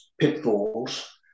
pitfalls